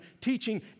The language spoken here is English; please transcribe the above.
teaching